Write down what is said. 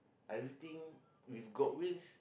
everything if got wills